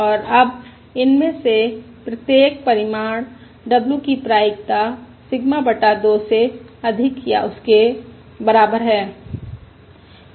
और अब इनमें से प्रत्येक परिमाण w की प्रायिकता सिग्मा बटा 2 से अधिक या उसके बराबर है